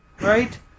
Right